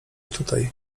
tutaj